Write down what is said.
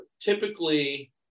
typically